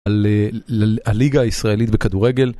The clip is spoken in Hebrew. ל..הליגה הישראלית בכדורגל